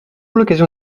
l’occasion